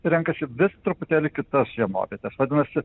renkasi vis truputėlį kitas žiemovietes vadinasi